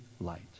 light